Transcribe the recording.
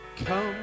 Come